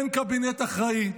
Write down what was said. אין קבינט אחראי,